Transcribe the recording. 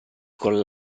con